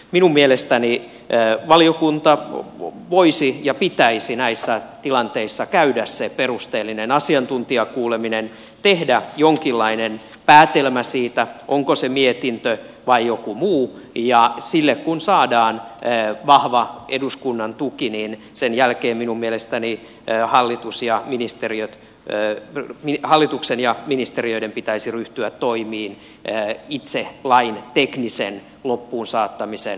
minun mielestäni valiokunta voisi ja sen pitäisi näissä tilanteissa käydä se perusteellinen asiantuntijakuuleminen tehdä jonkinlainen päätelmä siitä on se sitten mietintö tai joku muu ja sille kun saadaan vahva eduskunnan tuki niin sen jälkeen minun mielestäni ja hallitus ja ministeriöt niin hallituksen ja ministeriöiden pitäisi ryhtyä toimiin itse lain teknisen loppuunsaattamisen takaamiseksi